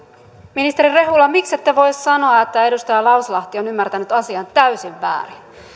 ministeri rehula miksette voi sanoa että edustaja lauslahti on ymmärtänyt asian täysin